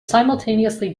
simultaneously